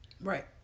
right